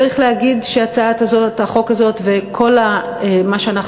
צריך להגיד שהצעת החוק הזאת וכל מה שאנחנו